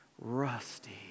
Rusty